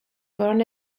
fueron